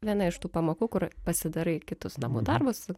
viena iš tų pamokų kur pasidarai kitus namų darbus